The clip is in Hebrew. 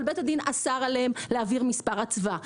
אבל בית הדין אסר עליהם להעביר מספר אצווה,